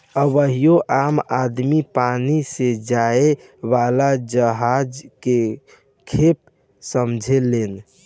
अबहियो आम आदमी पानी से जाए वाला जहाज के खेप समझेलेन